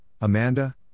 Amanda